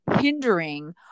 hindering